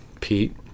pete